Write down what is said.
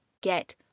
Get